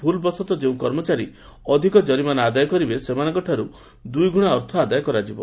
ଭୁଲ୍ବଶତଃ ଯେଉଁ କର୍ମଚାରୀ ଅଧିକ ଜରିମାନା ଆଦାୟ କରିବେ ସେମାନଙ୍କଠାରୁ ଦୁଇଗୁଣା ଅର୍ଥ ଆଦାୟ କରାଯିବ